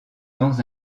dans